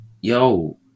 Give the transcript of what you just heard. yo